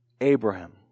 Abraham